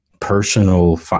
personal